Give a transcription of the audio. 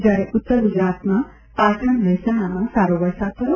જ્યારે ઉત્તર ગુજરાતમાં પાટણ મહેસાણામાં સારો વરસાદ થયો